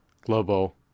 global